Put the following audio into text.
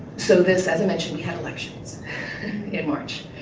so this, as i mentioned, we had elections in march.